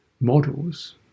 models